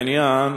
בעניין